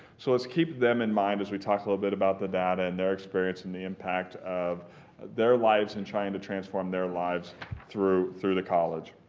so let's keep them in mind as we talk a little bit about the data and their experience and the impact of their lives in trying to transform their lives through through the college.